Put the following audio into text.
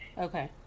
Okay